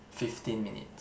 fifteen minutes